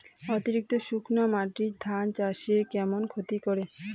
অতিরিক্ত শুকনা মাটি ধান চাষের কেমন ক্ষতি করে?